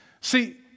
See